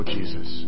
Jesus